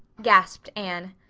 gasped anne.